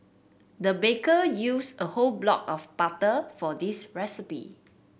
the baker used a whole block of butter for this recipe